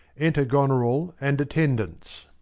enter goneril and attendants.